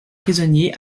prisonnier